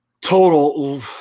total